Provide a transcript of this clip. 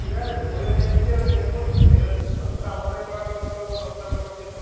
ঠিক আছে বলে দেখছি এবার দেখুন এবার যতটা আমাদের করাটা কর্তব্য ততটা করব কিন্তু